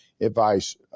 advice